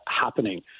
happening